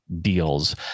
deals